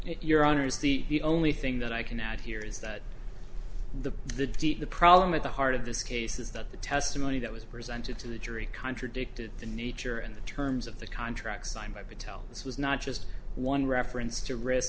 your honors the only thing that i can add here is that the the deep the problem at the heart of this case is that the testimony that was presented to the jury contradicted the nature and the terms of the contract signed by patel this was not just one reference to ri